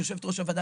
יושבת-ראש הוועדה,